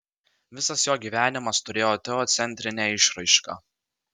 visas jo gyvenimas turėjo teocentrinę išraišką